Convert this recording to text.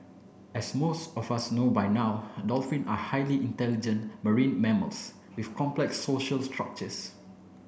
as most of us know by now dolphins are highly intelligent marine mammals with complex social structures